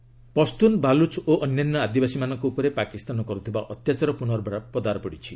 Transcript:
Pak double face Pashtun Baluch ଓ ଅନ୍ୟାନ୍ୟ ଆଦିବାସୀମାନଙ୍କ ଉପରେ ପାକିସ୍ତାନ କରୁଥିବା ଅତ୍ୟାଚାର ପୁନର୍ବାର ପଦାରେ ପଡ଼ିଛି